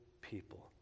people